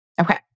Okay